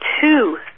two